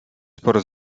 sporo